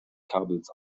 kabels